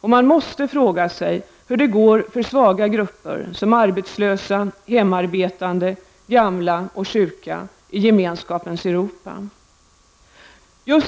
Man måste fråga sig hur det går för svaga grupper som arbetslösa, hemarbetande, gamla och sjuka i gemenskapens Europa.